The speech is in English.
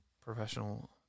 professional